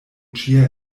ĉia